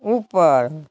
ऊपर